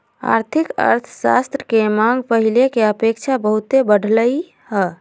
आर्थिक अर्थशास्त्र के मांग पहिले के अपेक्षा बहुते बढ़लइ ह